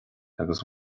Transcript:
agus